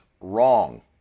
wrong